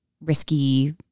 risky